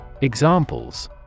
Examples